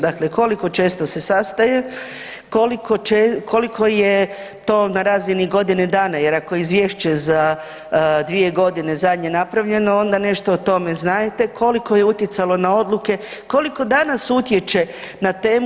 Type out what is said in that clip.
Dakle, koliko često se sastaje, koliko je to na razini godine dana jer ako je izvješće za dvije godine zadnje napravljeno onda nešto o tome znadete, koliko je utjecalo na odluke, koliko danas utječe na temu?